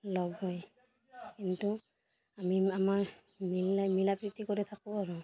লগ হৈ কিন্তু আমি আমাৰ মিল নাই মিলাপ্ৰীতি কৰি থাকোঁ আৰু